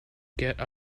get